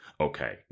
okay